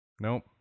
nope